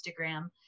Instagram